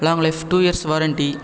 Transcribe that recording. long life two years warranty